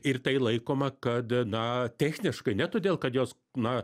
ir tai laikoma kad na techniškai ne todėl kad jos na